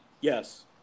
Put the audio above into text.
Yes